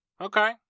Okay